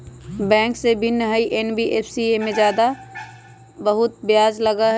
Bank से भिन्न हई एन.बी.एफ.सी इमे ब्याज बहुत ज्यादा लगहई?